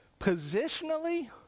Positionally